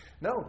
No